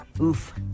oof